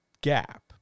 gap